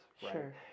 Sure